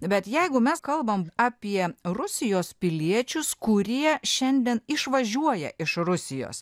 bet jeigu mes kalbam apie rusijos piliečius kurie šiandien išvažiuoja iš rusijos